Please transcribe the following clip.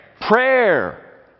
Prayer